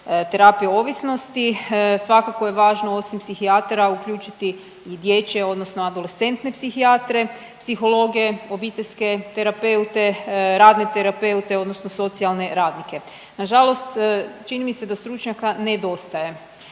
terapije ovisnosti svakako je važno osim psihijatara uključiti i dječje odnosno adolescentne psihijatre, psihologe, obiteljske terapeute, radne terapeute odnosno socijalne radnike. Nažalost, čini mi se da stručnjaka nedostaje.